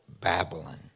Babylon